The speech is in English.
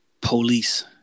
police